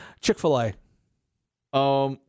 Chick-fil-A